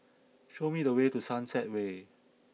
show me the way to Sunset Way